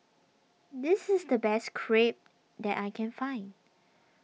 this is the best Crepe that I can find